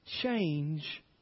change